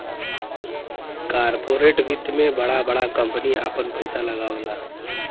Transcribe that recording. corporate वित्त मे बड़ा बड़ा कम्पनी आपन पइसा लगावला